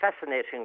fascinating